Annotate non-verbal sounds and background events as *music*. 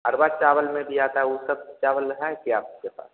*unintelligible* चावल में भी आता ऊ सब चावल है क्या आपके पास